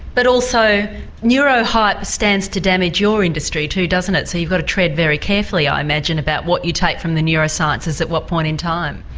but also neuro-hype stands to damage your industry too doesn't it so you've got to tread very carefully i imagine about what you take from the neuroscience at what point in time?